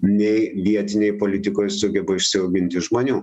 nei vietinėj politikoj sugeba išsiauginti žmonių